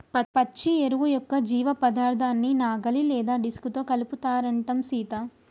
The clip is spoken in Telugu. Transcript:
పచ్చి ఎరువు యొక్క జీవపదార్థాన్ని నాగలి లేదా డిస్క్ తో కలుపుతారంటం సీత